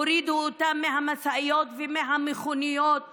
הורידו אותם מהמשאיות ומהמכוניות